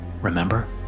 remember